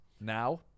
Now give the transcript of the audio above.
Now